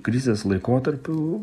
krizės laikotarpiu